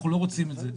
אנחנו לא רוצים את זה,